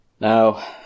Now